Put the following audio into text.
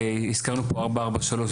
הזכרנו פה את כביש 443,